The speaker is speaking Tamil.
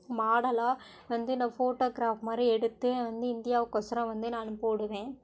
மாடலாக வந்து நான் ஃபோட்டோக்ராஃப் மாதிரி எடுத்து வந்து இந்தியாவுக்கொசரம் வந்து நான் போடுவேன்